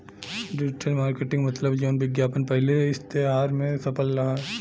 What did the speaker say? digital marketing मतलब जौन विज्ञापन पहिले इश्तेहार मे छपल करला